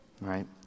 right